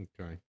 Okay